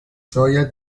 شاید